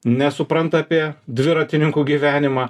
nesupranta apie dviratininkų gyvenimą